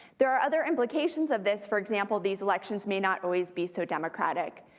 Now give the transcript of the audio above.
there are other implications of this. for example, these elections may not always be so democratic.